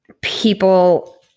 people